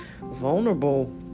vulnerable